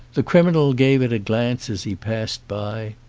the criminal gave it a glance as he passed by.